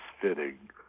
fitting